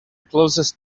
closest